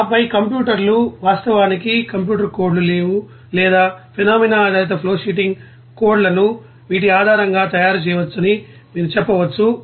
ఆపై కంప్యూటర్లు వాస్తవానికి కంప్యూటర్ కోడ్లు లేవు లేదా ఫెనోమేనా ఆధారిత ఫ్లోషీటింగ్ కోడ్లను వీటి ఆధారంగా తయారు చేయవచ్చని మీరు చెప్పవచ్చు